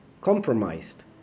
compromised